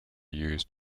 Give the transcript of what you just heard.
used